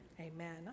amen